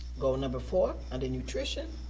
goal number four, under nutrition,